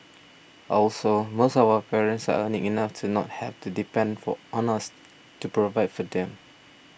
also most of our parents are earning enough to not have to depend for on us to provide for them